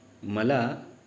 मला